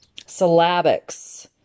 syllabics